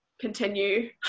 continue